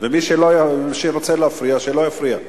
מי שרוצה להפריע, שלא יפריע.